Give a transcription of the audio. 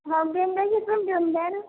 हो गेंद्याचे पण देऊन द्या नं